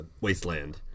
wasteland